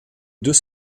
deux